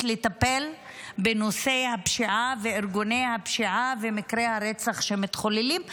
לטפל בנושא הפשיעה וארגוני הפשיעה ומקרי הרצח שמתחוללים,